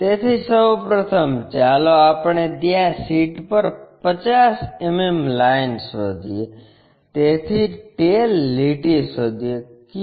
તેથી સૌ પ્રથમ ચાલો આપણે ત્યાં શીટ પર 50 mm લાઇન શોધીએ તેથી તે લીટી શોધીએ